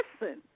listen